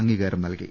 അംഗീകാരം നൽകി